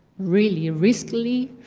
really riskily,